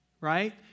right